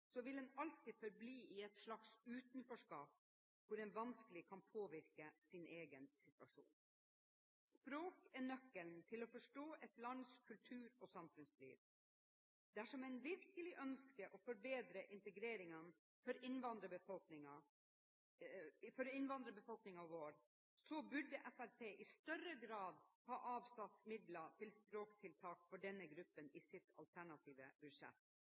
vil en alltid forbli i et slags utenforskap, hvor en vanskelig kan påvirke sin egen situasjon. Språk er nøkkelen til å forstå et lands kultur og samfunnsliv. Dersom en virkelig ønsker å forbedre integreringen for innvandrerbefolkningen vår, så burde Fremskrittspartiet i større grad ha avsatt midler til språktiltak for denne gruppen i sitt alternative budsjett.